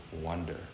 wonder